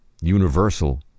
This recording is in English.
universal